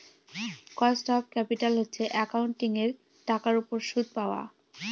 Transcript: cost of capital হচ্ছে একাউন্টিঙের টাকার উপর সুদ পাওয়া